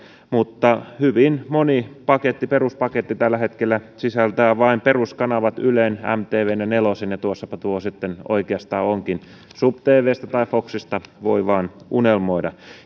mutta hyvin moni paketti peruspaketti tällä hetkellä sisältää vain peruskanavat ylen mtvn ja nelosen ja tuossapa tuo sitten oikeastaan onkin sub tvstä tai foxista voi vain unelmoida